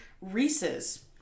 Reese's